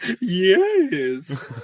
yes